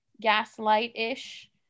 gaslight-ish